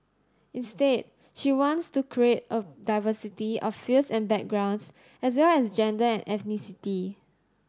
instead she wants to create a diversity of fields and backgrounds as well as gender and ethnicity